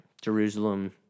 Jerusalem